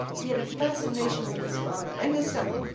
he had a fascination with his father, and his son.